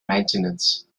maintenance